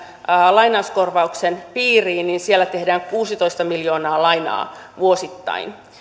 lainauskorvauksen piiriin tehdään kuusitoista miljoonaa lainaa vuosittain